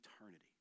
eternity